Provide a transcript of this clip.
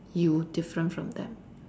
you different from them